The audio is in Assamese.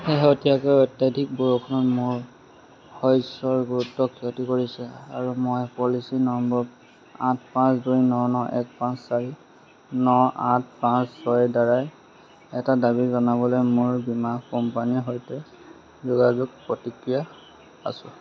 শেহতীয়াকৈ অত্যাধিক বৰষুণত মোৰ শস্যৰ গুৰুতৰ ক্ষতি কৰিছে আৰু মই পলিচী নম্বৰ আঠ পাঁচ দুই ন ন এক পাঁচ চাৰি ন আঠ পাঁচ ছয়ৰদ্বাৰাই এটা দাবী জনাবলৈ মোৰ বীমা কোম্পানীৰ সৈতে যোগাযোগ প্ৰক্ৰিয়াত আছোঁ